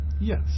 Yes